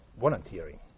volunteering